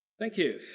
thank you.